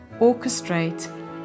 orchestrate